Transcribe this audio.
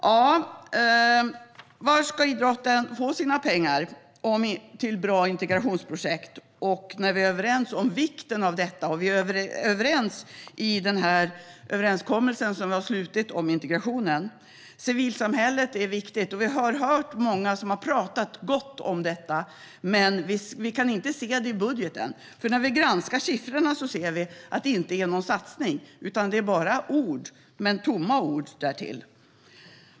Varifrån ska idrotten få sina pengar till bra integrationsprojekt när vi är överens om vikten av detta och vi är överens i den överenskommelse vi har slutit om integrationen? Civilsamhället är viktigt, och vi har hört många som har pratat gott om detta. Men vi kan inte se det i budgeten. När vi granskar siffrorna ser vi nämligen att det inte är någon satsning, utan det är bara ord - tomma ord därtill.